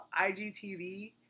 IGTV